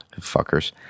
Fuckers